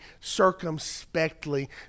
circumspectly